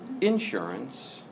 insurance